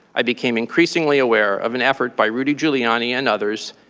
i became increasingly aware of an effort by rudy giuliani and others,